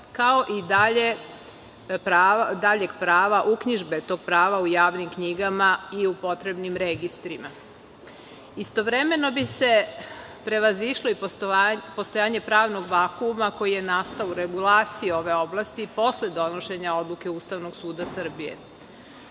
kao i daljeg prava uknjižbe tog prava u javnim knjigama i u potrebnim registrima. Istovremeno bi se prevazišlo postojanje pravnog vakuma koji je nastao u regulaciji ove oblasti posle donošenje odluke Ustavnog suda Srbije.